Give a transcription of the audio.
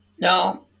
No